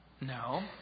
No